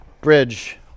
bridge